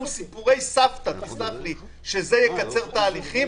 סיפורי סבתא סלח לי שזה יקצר את ההליכים?